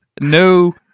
no